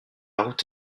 route